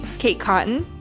kate cotton,